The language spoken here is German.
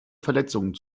verletzungen